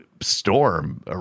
storm